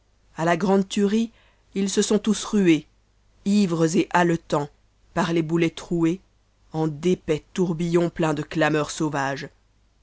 a ia grande tuerie ha se sont tous rués ivres et haletants par les boulets trouer en d'épais tourbillons pleins de clameurs sauvages